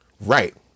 Right